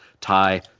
tie